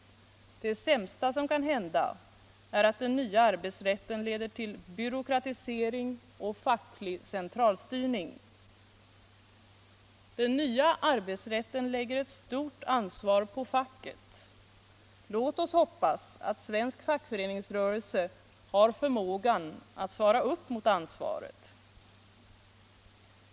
Det sämsta som kan hända är att den nya arbetsrätten leder till byråkratisering och facklig centralstyrning. Den nya arbetsrätten lägger ett stort ansvar på facket. Låt oss hoppas att svensk fackföreningsrörelse har förmågan att svara upp mot ansvaret.